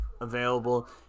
available